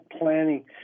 planning